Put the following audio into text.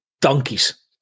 donkeys